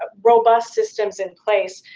ah robust systems in place,